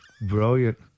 Brilliant